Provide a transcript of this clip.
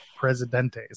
presidentes